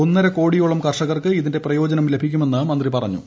ഒന്നര കോടിയോളം കർഷകർക്ക് ഇതിന്റെ പ്രയോജനം ലഭിക്കുമെന്ന് മന്ത്രി പറഞ്ഞു